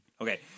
Okay